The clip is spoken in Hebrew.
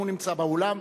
אם הוא נמצא באולם,